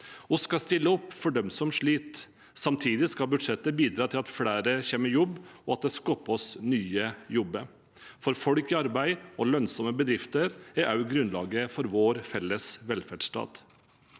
Vi skal stille opp for dem som sliter. Samtidig skal budsjettet bidra til at flere kommer i jobb, og at det skapes nye jobber, for folk i arbeid og lønnsomme bedrifter er også grunnlaget for vår felles velferdsstat.